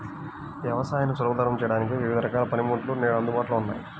వ్యవసాయాన్ని సులభతరం చేయడానికి వివిధ రకాల పనిముట్లు నేడు అందుబాటులో ఉన్నాయి